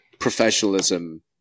professionalism